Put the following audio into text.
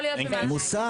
מוסע